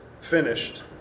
finished